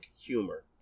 humor